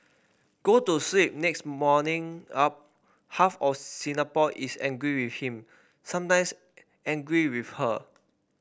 go to sleep next morning up half of Singapore is angry with him sometimes angry with her